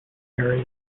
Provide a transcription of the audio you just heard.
areas